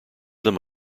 them